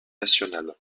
nationales